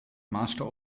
master